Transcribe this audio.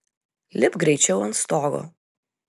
lipk greičiau ant stogo